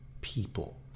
people